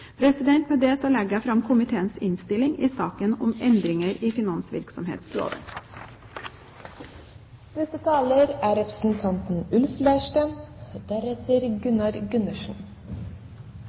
Med dette anbefaler jeg komiteens innstilling i saken om endringer i